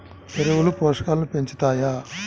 ఎరువులు పోషకాలను పెంచుతాయా?